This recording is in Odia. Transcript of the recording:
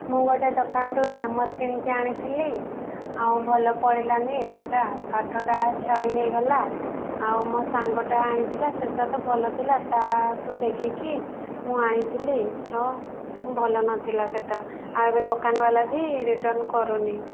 ମୁଁ ଗୋଟେ ଦୋକାନରୁ ହାମର୍ କିଣିକି ଆଣିଥିଲି ଆଉ ଭଲ ପଡ଼ିଲାନି ସେଟା କାଠଟା ଛାଡ଼ି ହୋଇଗଲା ଆଉ ମୋ ସାଙ୍ଗଟା ଆଣିଥିଲା ସେଟା ତ ଭଲ ଥିଲା ତା'ଠୁ ଦେଖିକି ମୁଁ ଆଣିଥିଲି ତ ଭଲ ନଥିଲା ସେଟା ଆଉ ଏବେ ଦୋକାନବାଲା ବି ରିଟର୍ଣ୍ଣ କରୁନି